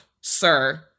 sir